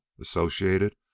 associated